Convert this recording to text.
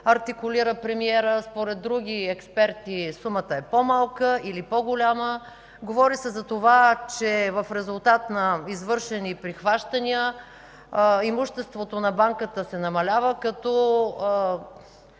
артикулира премиерът. Според други експерти сумата е по-малка или по-голяма. Говори се за това, че в резултат на извършени прихващания имуществото на Банката се намалява, като